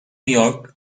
york